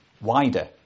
wider